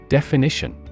Definition